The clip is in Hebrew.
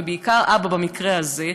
ובעיקר אבא במקרה הזה,